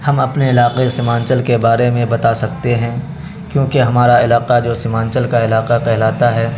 ہم اپنے علاقے سیمانچل کے بارے میں بتا سکتے ہیں کیونکہ ہمارا علاقہ جو سیمانچل کا علاقہ کہلاتا ہے